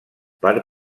per